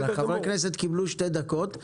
חברי כנסת קיבלו שתי דקות.